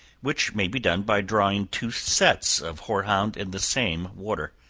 which may be done by drawing two sets of hoarhound in the same water,